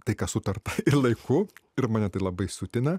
tai ką sutarta laiku ir mane tai labai siutina